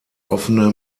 offene